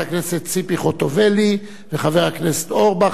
הכנסת ציפי חוטובלי וחבר הכנסת אורבך,